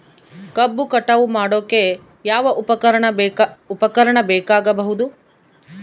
ಕಬ್ಬು ಕಟಾವು ಮಾಡೋಕೆ ಯಾವ ಉಪಕರಣ ಬೇಕಾಗಬಹುದು?